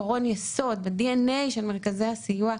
עקרון יסוד בדנ"א של מרכזי הסיוע,